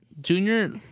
Junior